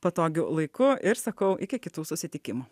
patogiu laiku ir sakau iki kitų susitikimų